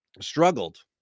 struggled